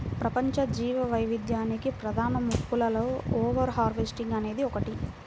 ప్రపంచ జీవవైవిధ్యానికి ప్రధాన ముప్పులలో ఓవర్ హార్వెస్టింగ్ అనేది ఒకటి